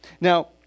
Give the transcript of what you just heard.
Now